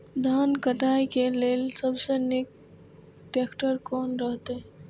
धान काटय के लेल सबसे नीक ट्रैक्टर कोन रहैत?